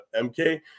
MK